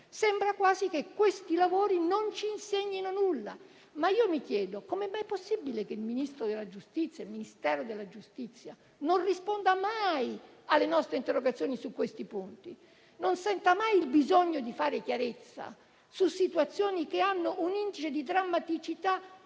Sembra quasi che questi lavori non ci insegnino nulla. Io mi chiedo come sia mai possibile che il Ministero della giustizia non risponda mai alle nostre interrogazioni su questi punti e non senta mai il bisogno di fare chiarezza su situazioni che hanno un indice di drammaticità